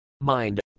Mind